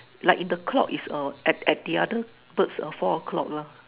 like in the clock is uh at at the other birds of four o-clock leh